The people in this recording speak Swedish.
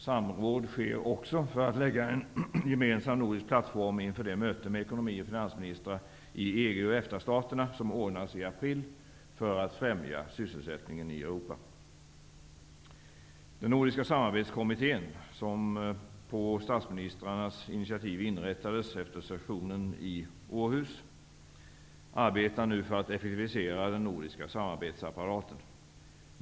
Samråd sker också för att lägga en gemensam nordisk plattform inför det möte med ekonomi och finansministrar i EG och EFTA-staterna som ordnas i april för att främja sysselsättningen i Europa. Nordiska samarbetskommittén, som på statsministrarnas initiativ inrättades efter sessionen i Århus, arbetar nu för att effektivisera den nordiska samarbetsapparaten.